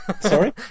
Sorry